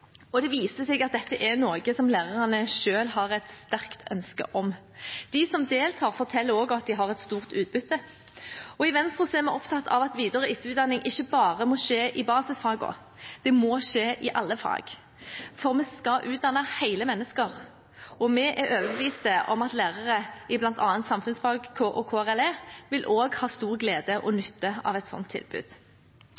og det viser seg at dette er noe som lærerne selv har et sterkt ønske om. De som deltar, forteller også at de har stort utbytte. I Venstre er vi opptatt av at videre- og etterutdanning ikke bare må skje i basisfagene, det må skje i alle fag, for vi skal utdanne hele mennesker, og vi er overbevist om at lærere i bl.a. samfunnsfag og KRLE også vil ha stor glede og